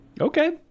Okay